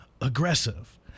aggressive